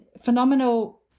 phenomenal